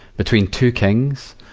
between two kings